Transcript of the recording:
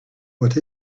what